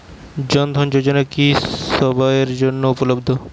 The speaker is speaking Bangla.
জন ধন যোজনা কি সবায়ের জন্য উপলব্ধ?